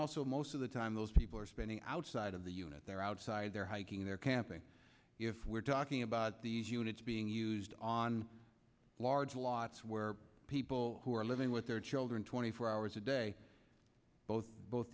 also most of the time those people are spending outside of the unit they're outside they're hiking they're camping if we're talking about these units being used on large lots where people who are living with their children twenty four hours a day both both